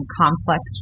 complex